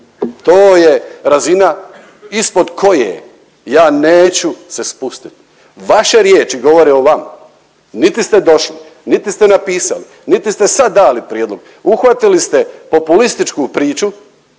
to je razina ispod koje ja neću se spustit. Vaše riječi govore o vama, niti ste došli, niti ste napisali, niti ste sad dali prijedlog. Uhvatili ste populističku priču,